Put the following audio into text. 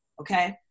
okay